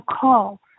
call